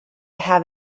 have